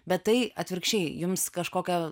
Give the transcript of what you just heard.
bet tai atvirkščiai jums kažkokią